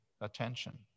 attention